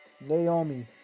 Naomi